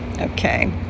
okay